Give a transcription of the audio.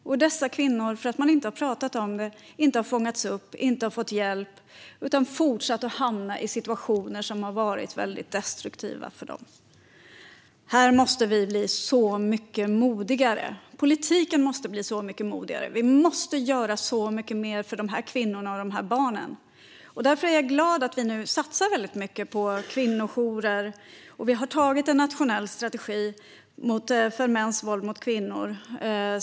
Eftersom man inte har pratat om det har dessa kvinnor inte fångats upp, inte fått hjälp och har fortsatt att hamna i destruktiva situationer. Här måste vi bli mycket modigare. Politiken måste bli mycket modigare. Vi måste göra mycket mer för de här kvinnorna och de här barnen. Därför är jag glad att vi nu satsar mycket på kvinnojourer. Vi har också antagit en nationell strategi mot mäns våld mot kvinnor.